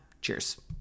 Cheers